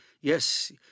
Yes